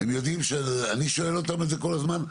הם יודעים שאני שואל על זה כל הזמן.